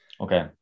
okay